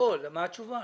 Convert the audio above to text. מה התשובה?